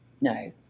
No